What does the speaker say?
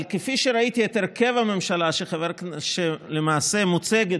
אבל כפי שראיתי את הרכב הממשלה שלמעשה מוצגת